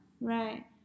Right